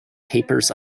papers